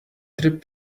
trip